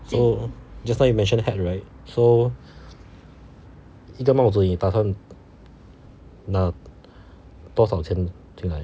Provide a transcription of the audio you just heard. so just now you mention hat right so 一个帽子你打算拿多少钱进来